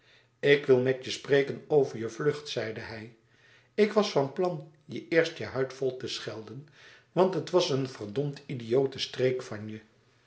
ik wil niet spreken over je vlucht zeide hij ik was van plan je eerst je huid vol te schelden want het was een verdmd idiote streek van je